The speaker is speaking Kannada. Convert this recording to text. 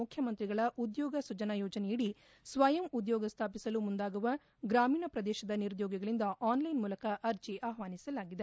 ಮುಖ್ಯಮಂತ್ರಿಗಳ ಉದ್ಯೋಗ ಸೃಜನ ಯೋಜನೆಯಡಿ ಸ್ವಯಂ ಉದ್ಯೋಗ ಸ್ವಾಪಸಲು ಮುಂದಾಗುವ ಗ್ರಾಮೀಣ ಪ್ರದೇಶದ ನಿರುದ್ಯೋಗಿಗಳಿಂದ ಆನ್ಲೈನ್ ಮೂಲಕ ಅರ್ಜೆ ಆಹ್ವಾನಿಸಲಾಗಿದೆ